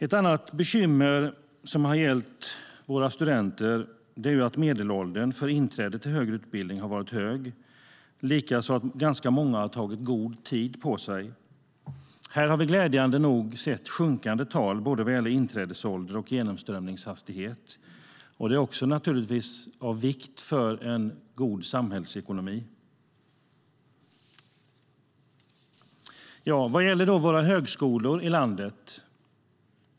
Ett annat bekymmer som har gällt våra studenter är att medelåldern för inträde till högre utbildning har varit hög, likaså har många tagit god tid på sig. Här har vi glädjande nog sett sjunkande tal vad gäller både inträdesålder och genomströmningshastighet. Det är naturligtvis också av vikt för en god samhällsekonomi. Vad gäller då för våra högskolor i landet?